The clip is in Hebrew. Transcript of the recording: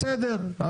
בסדר,